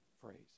phrase